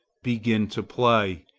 begin to play,